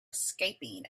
escaping